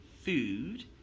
food